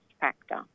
factor